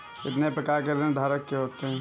कितने प्रकार ऋणधारक के होते हैं?